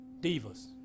divas